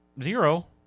Zero